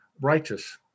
righteous